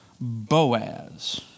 Boaz